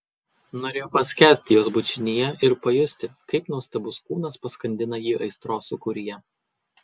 norėjo paskęsti jos bučinyje ir pajusti kaip nuostabus kūnas paskandina jį aistros sūkuryje